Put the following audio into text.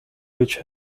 which